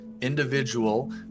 individual